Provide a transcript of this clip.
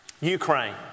Ukraine